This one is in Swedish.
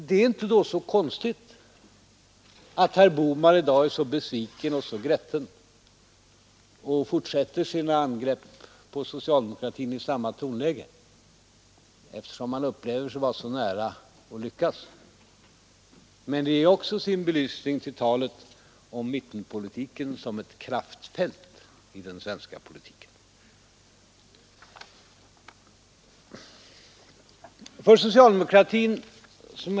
Det är då inte konstigt att herr Bohman i dag är så besviken och så grätten och fortsätter sina angrepp på socialdemokratin i samma tonläge, eftersom han upplever sig vara så nära att lyckas. Men det ger också sin belysning åt talet om mittenpolitiken som ett ”kraftfält” i den svenska politiken.